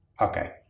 Okay